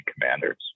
commanders